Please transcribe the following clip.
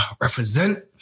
Represent